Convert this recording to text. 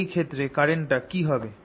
এই ক্ষেত্রে কারেন্টটা কি হবে